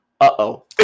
Uh-oh